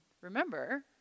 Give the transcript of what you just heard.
remember